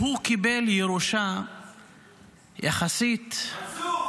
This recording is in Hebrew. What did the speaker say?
שהוא קיבל ירושה יחסית -- מנסור,